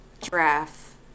giraffe